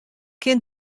kin